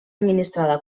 administrada